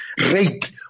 rate